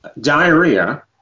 diarrhea